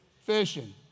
Fishing